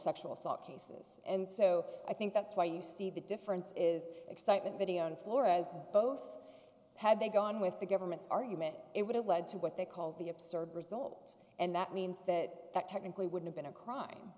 sexual assault cases and so i think that's why you see the difference is excitement video on flores both had they gone with the government's argument it would have led to what they call the absurd result and that means that that technically would have been a crime